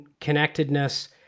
connectedness